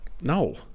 No